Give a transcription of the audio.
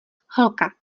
holka